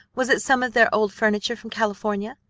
was it some of their old furniture from california?